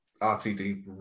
RTD